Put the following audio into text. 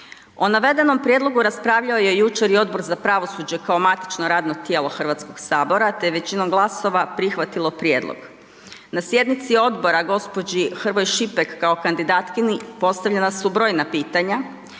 O navedenom prijedlogu raspravljao je jučer i Odbor za pravosuđe kao matično radno tijelo HS-a te je većinom glasova prihvatilo prijedlog. Na sjednici odbora gospođi Hrvoj Šipek kao kandidatkinji postavljena su brojna pitanja